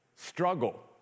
Struggle